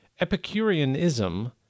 Epicureanism